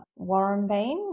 Warrenbean